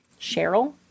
Cheryl